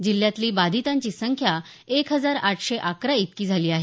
जिल्ह्यातली बाधितांची संख्या एक हजार आठशे अकरा इतकी झाली आहे